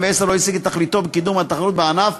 לא השיג את תכליתו בקידום התחרות בענף,